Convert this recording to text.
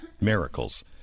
miracles